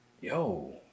yo